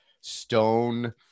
stone